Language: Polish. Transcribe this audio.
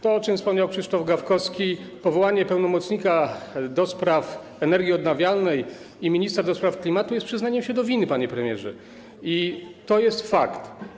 To, o czym wspomniał Krzysztof Gawkowski: powołanie pełnomocnika do spraw energii odnawialnej i ministra do spraw klimatu jest przyznaniem się do winy, panie premierze, i to jest fakt.